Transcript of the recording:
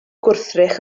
gwrthrych